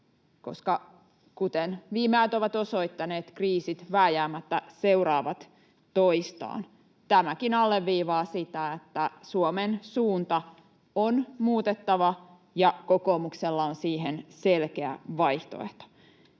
koska kuten viime ajat ovat osoittaneet, kriisit vääjäämättä seuraavat toisiaan. Tämäkin alleviivaa sitä, että Suomen suunta on muutettava, ja kokoomuksella on siihen selkeä vaihtoehto.